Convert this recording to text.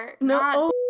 No